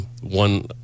one